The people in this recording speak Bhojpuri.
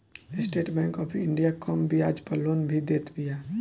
स्टेट बैंक ऑफ़ इंडिया कम बियाज पअ लोन भी देत बिया